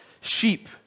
sheep